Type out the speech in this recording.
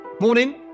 Morning